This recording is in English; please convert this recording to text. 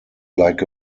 like